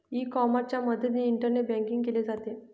E कॉमर्सच्या मदतीने internet banking केले जाते